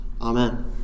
Amen